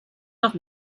noch